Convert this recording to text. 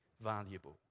valuable